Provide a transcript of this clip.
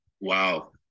wow